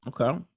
Okay